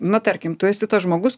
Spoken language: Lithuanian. na tarkim tu esi tas žmogus